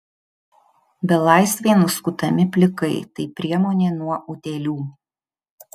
belaisviai nuskutami plikai tai priemonė nuo utėlių